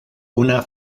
una